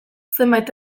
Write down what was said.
zenbait